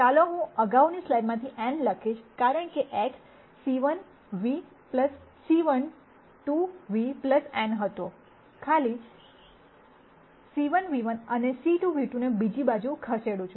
ચાલો હું અગાઉની સ્લાઇડમાંથી n લખીશ કારણ કે X c1 ν c ₁ 2 ν n હતો હું ખાલી c1 ν₁ અને c2 ν2 ને બીજી બાજુ ખસેડું છું